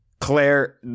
Claire